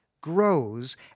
grows